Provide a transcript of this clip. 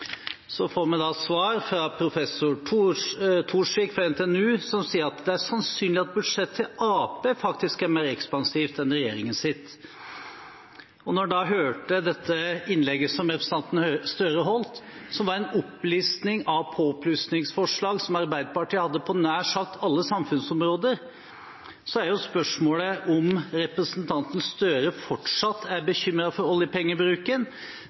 Så får vi svar fra professor Torsvik på NTNU som sier det er sannsynlig at Arbeiderpartiets budsjett er mer ekspansivt enn regjeringens. Da jeg hørte innlegget som representanten Støre holdt, som var en opplisting av påplussingsforslag som Arbeiderpartiet hadde på nær sagt alle samfunnsområder, er spørsmålet om representanten Støre fortsatt er bekymret for oljepengebruken